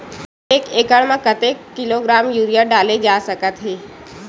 एक एकड़ म कतेक किलोग्राम यूरिया डाले जा सकत हे?